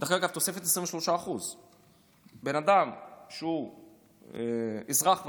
דרך אגב תוספת 23%. בן אדם שהוא אזרח ותיק,